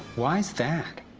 why is that?